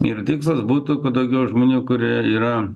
ir tikslas būtų kuo daugiau žmonių kurie yra